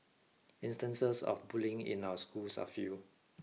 instances of bullying in our schools are few